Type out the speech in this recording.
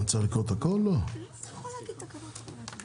נתחיל את הישיבה.